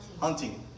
Hunting